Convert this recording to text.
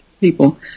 people